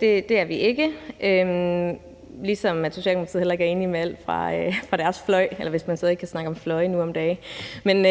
det er vi ikke, ligesom man i Socialdemokratiet heller ikke er enige i alt fra deres fløj, hvis man stadig kan snakke om fløje nu om dage. Men